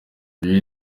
iyo